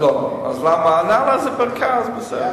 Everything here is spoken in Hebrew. ליד בני-ברק.